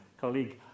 colleague